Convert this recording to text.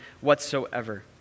whatsoever